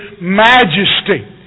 Majesty